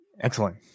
excellent